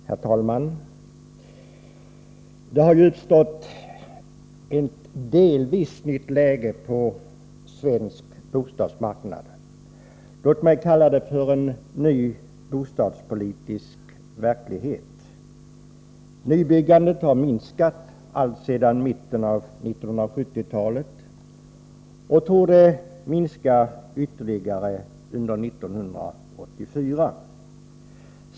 Herr talman! Det har uppstått ett delvis nytt läge på svensk bostadsmarknad. Låt mig kalla det för en ny bostadspolitisk verklighet. Nybyggandet har minskat alltsedan mitten av 1970-talet och torde minska ytterligare under 1984.